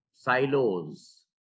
silos